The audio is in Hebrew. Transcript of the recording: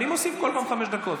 כל פעם אני מוסיף חמש דקות.